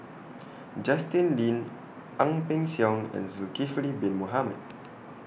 Justin Lean Ang Peng Siong and Zulkifli Bin Mohamed